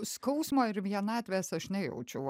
skausmo ir vienatvės aš nejaučiau